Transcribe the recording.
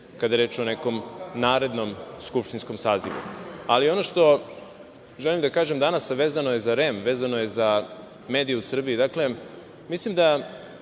kada je reč o nekom narednom skupštinskom sazivu. Ono što želim da kažem danas, a vezano je za REM, vezano je za medije u Srbiji, dakle, mislim da